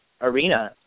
arena